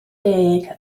deg